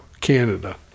canada